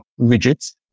widgets